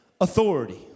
authority